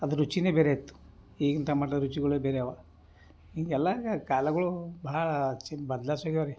ಅದ್ರ ರುಚಿಯೇ ಬೇರೆ ಇತ್ತು ಈಗಿನ ಟಮಟ ರುಚಿಗಳೇ ಬೇರೆ ಅವು ಹೀಗೆಲ್ಲ ಕಾಲಗಳೂ ಭಾಳಾ ಚಿಂದ್ ಬದ್ಲಾಯಿಸಿ ಹೋಗ್ಯಾವ ರೀ